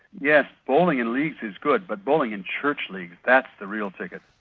yes, bowling in leagues is good, but bowling in church leagues, that's the real ticket.